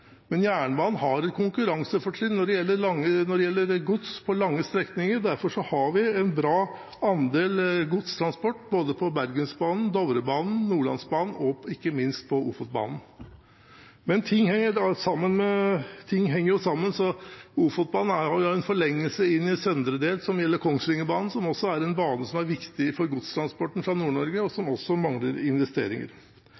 Men jernbanen har et konkurransefortrinn når det gjelder gods på lange strekninger. Derfor har vi en bra andel godstransport på både Bergensbanen, Dovrebanen, Nordlandsbanen og ikke minst på Ofotbanen. Men ting henger sammen, så Ofotbanen er en forlengelse inn i søndre del – på samme måte som Kongsvingerbanen. Det er en bane som er viktig for godstransporten fra Nord-Norge, og den mangler også investeringer.